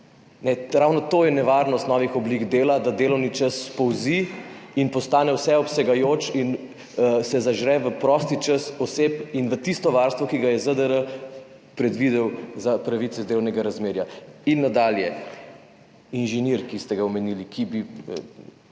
to je nevarnost novih oblik dela, da delovni čas polzi in postane vseobsegajoč in se zažre v prosti čas oseb in v tisto varstvo, ki ga je ZDR predvidel za pravice iz delovnega razmerja. Nadalje, inženir, ki ste ga omenili, ki bi